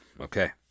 Okay